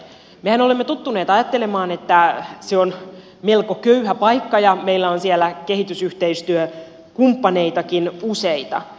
mehän olemme tottuneet ajattelemaan että se on melko köyhä paikka ja meillä on siellä kehitysyhteistyökumppaneitakin useita